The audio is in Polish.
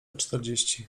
czterdzieści